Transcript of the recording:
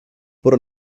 por